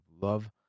love